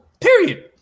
period